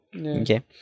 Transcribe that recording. Okay